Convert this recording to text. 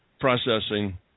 processing